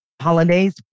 holidays